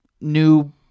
new